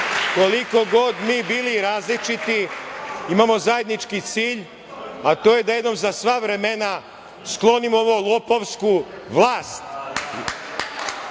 Koliko god mi bili različiti imamo zajednički cilj a to je da jednom za sva vremena sklonimo ovu lopovsku vlast